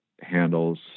handles